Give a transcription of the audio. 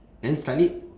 then slightly